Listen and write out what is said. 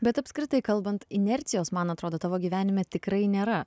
bet apskritai kalbant inercijos man atrodo tavo gyvenime tikrai nėra